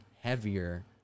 heavier